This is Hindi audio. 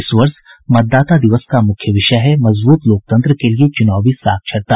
इस वर्ष मतदाता दिवस का मुख्य विषय है मजबूत लोकतंत्र के लिए चुनावी साक्षरता